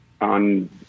on